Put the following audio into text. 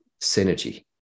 synergy